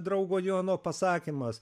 draugo jono pasakymas